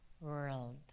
world